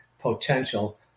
potential